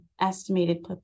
estimated